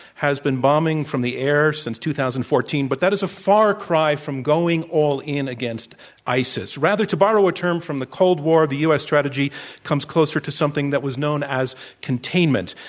has been bombing from the air since two thousand and fourteen, but that is a far cry from going all in against isis. rather, to borrow a term from the cold war, the u. s. strategy comes closer to something that was known as containment,